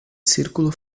círculo